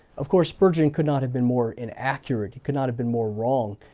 of course spurgeon could not have been more inaccurate. he could not have been more wrong.